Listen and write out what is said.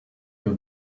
you